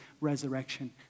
resurrection